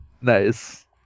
Nice